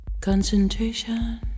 Concentration